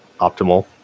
optimal